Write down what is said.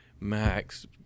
Max